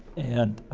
and,